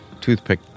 Toothpick